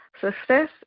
Success